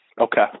Okay